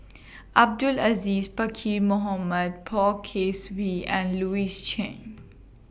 Abdul Aziz Pakkeer Mohamed Poh Kay Swee and Louis Chen